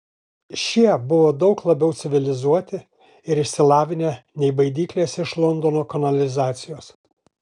šie buvo daug labiau civilizuoti ir išsilavinę nei baidyklės iš londono kanalizacijos